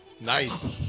Nice